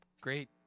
great